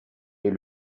est